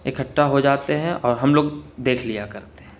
اکٹھا ہو جاتے ہیں اور ہم لوگ دیکھ لیا کرتے ہیں